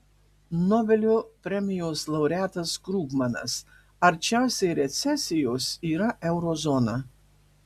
nobelio premijos laureatas krugmanas arčiausiai recesijos yra euro zona